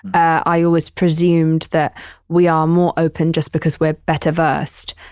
i always presumed that we are more open just because we're better versed.